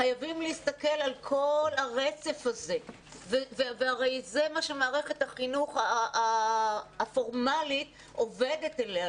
חייבים להסתכל על כל הרצף הזה וזה מה שמערכת החינוך עובדת עליה,